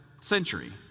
century